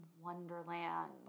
Wonderland